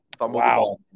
wow